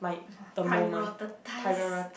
prioritise